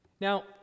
Now